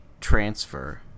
transfer